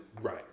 Right